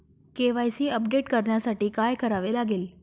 KYC update करण्यासाठी काय करावे लागेल?